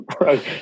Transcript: Right